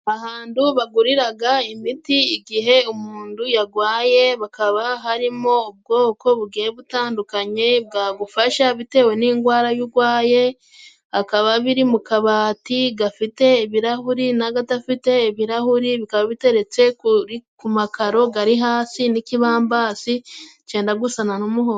Ahandu baguriraga imiti igihe umundu yagwaye. Bukaba harimo ubwoko bugiye butandukanye bwagufasha bitewe n'ingwara yo ugwaye. Akaba biri mu kabati gafite ibirahuri n'agadafite ibirahuri, bikaba biteretse ku makaro gari hasi, n'ikibambasi cyenda gusana n'umuhondo.